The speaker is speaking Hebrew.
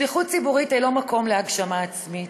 שליחות ציבורית היא לא מקום להגשמה עצמית,